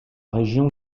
région